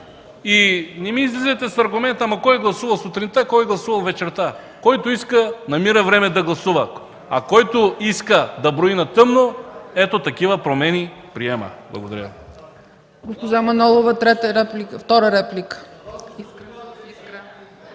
Не ми излизайте с аргумента: кой гласувал сутринта, кой гласувал вечерта. Който иска, намира време да гласува, а който иска да брои на тъмно – ето, такива промени приема. Благодаря.